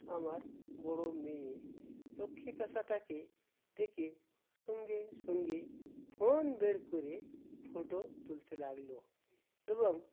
আমার বড়ো মেয়ে লক্ষ্মী প্যাঁচাটাকে দেখে সঙ্গে সঙ্গে ফোন বের করে ফটো তুলতে লাগলো এবং